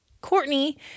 Courtney